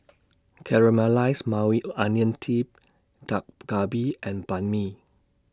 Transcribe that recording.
Caramelized Maui A Onion tip Dak Galbi and Banh MI